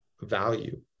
value